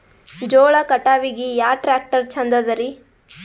ಜೋಳ ಕಟಾವಿಗಿ ಯಾ ಟ್ಯ್ರಾಕ್ಟರ ಛಂದದರಿ?